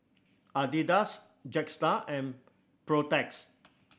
Adidas Jetstar and Protex